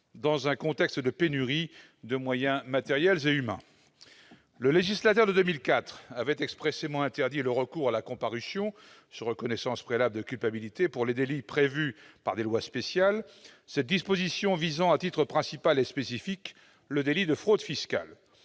dans un contexte de pénurie de moyens matériels et humains. Le législateur de 2004 avait expressément interdit le recours à la comparution sur reconnaissance préalable de culpabilité pour les délits prévus par des lois spéciales, cette disposition visant à titre principal et spécifique le délit de fraude fiscale.